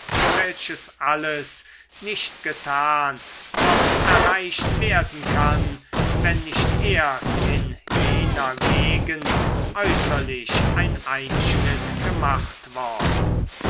welches alles nicht getan noch erreicht werden kann wenn nicht erst in jener gegend äußerlich ein einschnitt gemacht worden